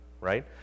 right